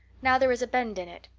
now there is a bend in it.